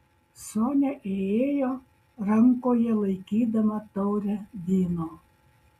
sonia įėjo rankoje laikydama taurę vyno